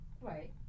right